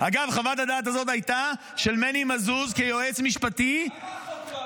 האמת שאני לא